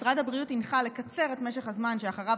משרד הבריאות הנחה לקצר את משך הזמן שאחריו